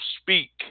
speak